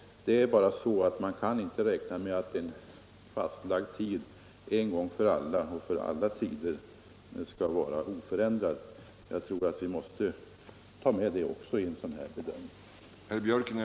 Det är bara så att man inte kan räkna med att en fastlagd tid skall vara oförändrad för all framtid. Jag tror att vi måste ta med det också i en sådan här bedömning.